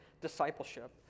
discipleship